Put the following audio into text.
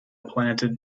planted